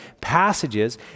passages